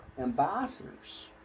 ambassadors